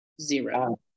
zero